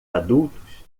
adultos